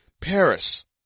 Paris